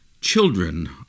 children